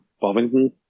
Bovington